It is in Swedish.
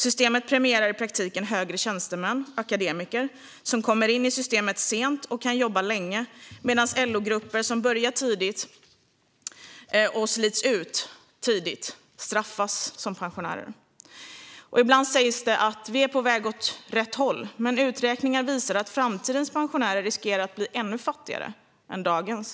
Systemet premierar i praktiken högre tjänstemän och akademiker som kommer in i systemet sent och kan jobba länge, medan LO-grupper som börjar jobba tidigt och slits ut tidigt straffas som pensionärer. Ibland sägs det att vi är på väg åt rätt håll. Men uträkningar visar att framtidens pensionärer riskerar att bli ännu fattigare än dagens.